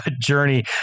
journey